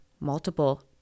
multiple